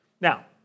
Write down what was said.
Now